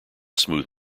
smooth